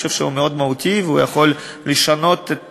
אני חושב שהוא מאוד מהותי והוא יכול לשנות את